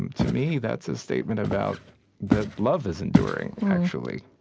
um to me, that's a statement about that love is enduring, actually.